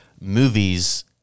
movies